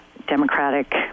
democratic